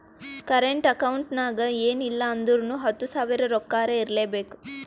current account ನಾಗ್ ಎನ್ ಇಲ್ಲ ಅಂದುರ್ನು ಹತ್ತು ಸಾವಿರ ರೊಕ್ಕಾರೆ ಇರ್ಲೆಬೇಕು